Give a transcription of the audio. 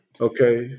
Okay